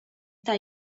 età